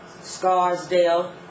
Scarsdale